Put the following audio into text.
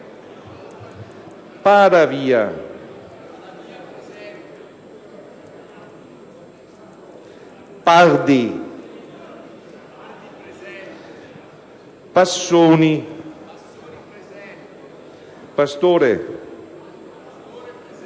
Paravia, Pardi, Passoni, Pastore,